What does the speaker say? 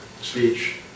speech